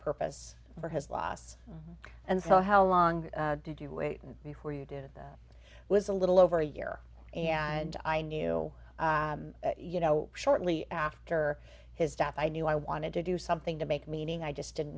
purpose for his loss and so how long did you wait before you did it was a little over a year and i knew you know shortly after his death i knew i wanted to do something to make meaning i just didn't